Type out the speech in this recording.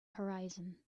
horizon